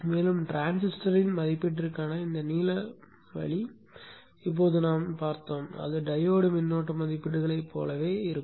மேலும் டிரான்சிஸ்டரின் மதிப்பீட்டிற்கான இந்த நீல வழியை இப்போது நாம் பார்த்தோம் அது டையோடு மின்னோட்ட மதிப்பீடுகளைப் போலவே இருக்கும்